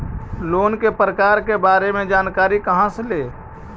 Loan के प्रकार के बारे मे जानकारी कहा से ले?